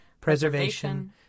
preservation